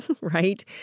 right